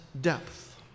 depth